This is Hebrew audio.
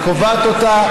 היא קובעת אותה,